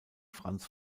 franz